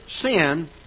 sin